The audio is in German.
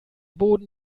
boden